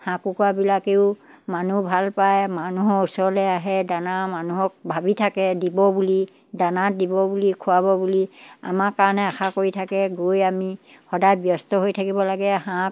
হাঁহ কুকুৰাাবিলাকেও মানুহ ভাল পায় মানুহৰ ওচৰলৈ আহে দানা মানুহক ভাবি থাকে দিব বুলি দানাত দিব বুলি খোৱাব বুলি আমাৰ কাৰণে আশা কৰি থাকে গৈ আমি সদায় ব্যস্ত হৈ থাকিব লাগে হাঁহ